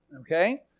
okay